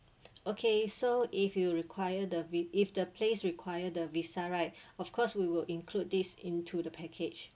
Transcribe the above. okay so if you require the if the place require the visa right of course we will include this into the package